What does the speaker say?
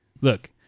look